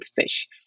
fish